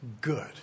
good